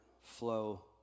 flow